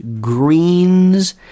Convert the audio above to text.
greens